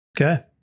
Okay